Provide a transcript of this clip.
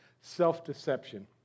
self-deception